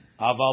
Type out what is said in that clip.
Aval